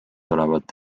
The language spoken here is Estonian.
olevat